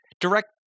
direct